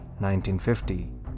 1950